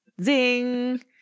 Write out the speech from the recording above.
Zing